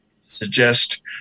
suggest